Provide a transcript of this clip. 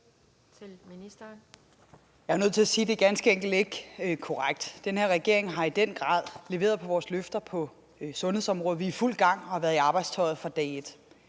Jeg er nødt til sige, at det ganske enkelt ikke er korrekt. Den her regering har i den grad leveret på vores løfter på sundhedsområdet. Vi er i fuld gang og har været i arbejdstøjet fra dag et.